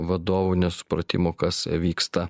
vadovų nesupratimo kas vyksta